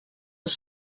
els